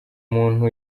umuntu